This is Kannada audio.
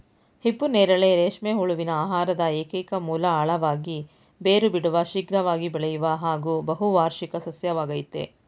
ಹಿಪ್ಪುನೇರಳೆ ರೇಷ್ಮೆ ಹುಳುವಿನ ಆಹಾರದ ಏಕೈಕ ಮೂಲ ಆಳವಾಗಿ ಬೇರು ಬಿಡುವ ಶೀಘ್ರವಾಗಿ ಬೆಳೆಯುವ ಹಾಗೂ ಬಹುವಾರ್ಷಿಕ ಸಸ್ಯವಾಗಯ್ತೆ